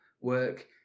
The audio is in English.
work